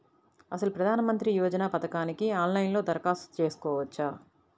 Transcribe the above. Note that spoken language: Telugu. అసలు ప్రధాన మంత్రి యోజన పథకానికి ఆన్లైన్లో దరఖాస్తు చేసుకోవచ్చా?